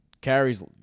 carries